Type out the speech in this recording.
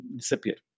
disappear